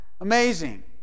Amazing